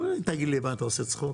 אמרו לי תגיד לי, מה, אתה עושה צחוק?